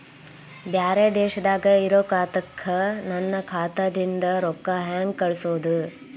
ಬ್ಯಾರೆ ದೇಶದಾಗ ಇರೋ ಖಾತಾಕ್ಕ ನನ್ನ ಖಾತಾದಿಂದ ರೊಕ್ಕ ಹೆಂಗ್ ಕಳಸೋದು?